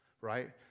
right